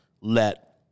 let